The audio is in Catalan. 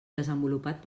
desenvolupat